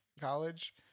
college